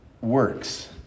works